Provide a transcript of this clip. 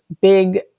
big